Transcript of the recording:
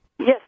Yes